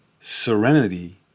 serenity